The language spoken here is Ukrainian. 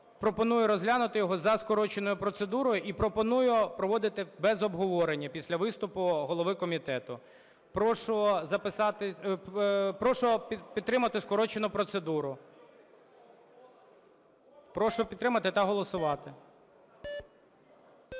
Пропоную розглянути його за скороченою процедурою і пропоную проводити без обговорення після виступу голови комітету. Прошу записатись… Прошу підтримати скорочено процедуру. Прошу підтримати та голосувати.